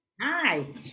Hi